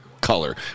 color